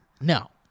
No